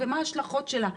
ומה ההשלכות שלה.